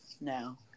now